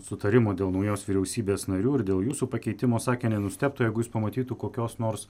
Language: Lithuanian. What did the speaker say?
sutarimo dėl naujos vyriausybės narių ir dėl jūsų pakeitimo sakė nenustebtų jeigu jis pamatytų kokios nors